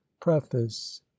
preface